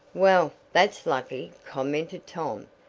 well, that's lucky, commented tom.